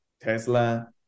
Tesla